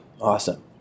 Awesome